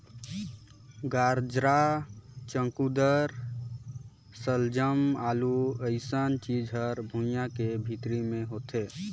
गाजरा, चकुंदर सलजम, आलू अइसन चीज हर भुइंयां के भीतरी मे होथे